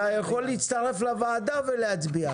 אתה יכול להצטרף לוועדה ולהצביע.